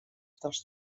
dels